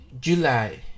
July